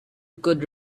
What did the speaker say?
could